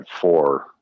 four